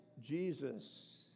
Jesus